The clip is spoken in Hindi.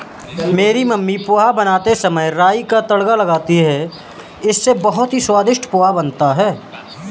मेरी मम्मी पोहा बनाते समय राई का तड़का लगाती हैं इससे बहुत ही स्वादिष्ट पोहा बनता है